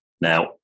Now